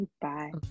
Bye